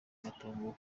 matongo